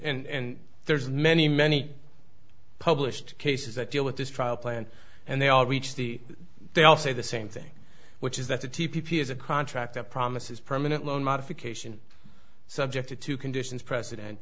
bank and there's many many published cases that deal with this trial plan and they all reach the they all say the same thing which is that the t p is a contract that promises permanent loan modification subject to two conditions precedent